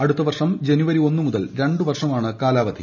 അടുത്ത വർഷം ജനുവരി ഒന്നുമുതൽ രണ്ടുവർഷമാണ് കാലാവധി